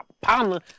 partner